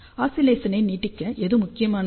ஆஸிலேசனை நீடிக்க எது முக்கியமானது